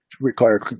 require